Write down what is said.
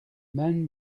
men